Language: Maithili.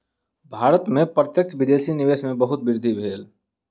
भारत में प्रत्यक्ष विदेशी निवेश में बहुत वृद्धि भेल